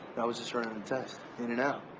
i was just running a test. in and out.